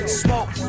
smoke